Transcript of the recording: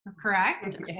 correct